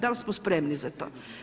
Dal smo spremni za to.